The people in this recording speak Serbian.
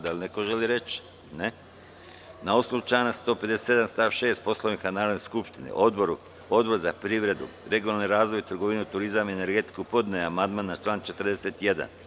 Da li neko želi reč? (Ne) Na osnovu člana 157. stav 6. Poslovnika Narodne skupštine, Odbor za privredu, regionalni razvoj, trgovinu, turizam i energetiku podneo je amandman na član 41.